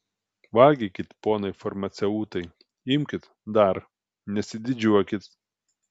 valgykit ponai farmaceutai imkit dar nesididžiuokit